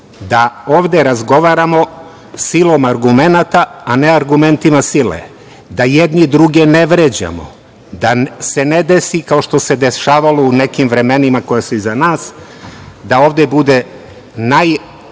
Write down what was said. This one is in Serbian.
da ovde razgovaramo silom argumenata, a ne argumentima sile, da jedni druge ne vređamo, da se ne desi, kao što se dešavalo u nekim vremenima koja su iza nas, da ovde bude najgrubljih